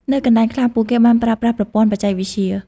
នៅកន្លែងខ្លះ ពួកគេបានប្រើប្រាស់ប្រព័ន្ធបច្ចេកវិទ្យា។